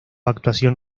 actuación